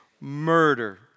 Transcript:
murder